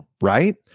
right